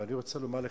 אני רוצה לומר לך,